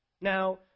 Now